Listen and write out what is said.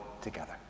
together